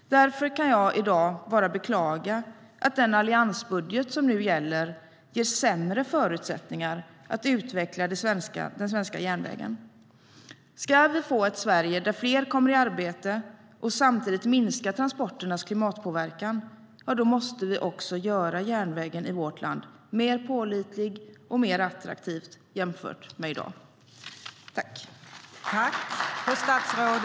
Därför kan jag i dag bara beklaga att den alliansbudget som nu gäller ger sämre förutsättningar för att utveckla den svenska järnvägen. Ska vi få ett Sverige där fler kommer i arbete och samtidigt minska transporternas klimatpåverkan måste vi göra järnvägen i vårt land mer pålitlig och mer attraktiv jämfört med i dag.I detta anförande instämde Johan Andersson, Rikard Larsson, Lars Mejern Larsson, Pia Nilsson, Jasenko Omanovic, Leif Pettersson och Suzanne Svensson .